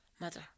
mother